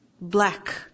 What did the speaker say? black